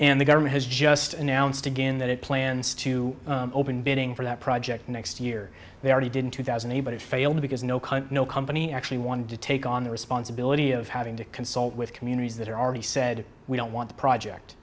and the government has just announced again that it plans to open bidding for that project next year they already did in two thousand and eight but it failed because no no company actually wanted to take on the responsibility of having to consult with communities that are already said we don't want to project